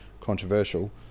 controversial